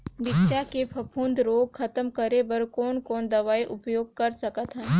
मिरचा के फफूंद रोग खतम करे बर कौन कौन दवई उपयोग कर सकत हन?